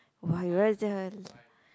[wah] you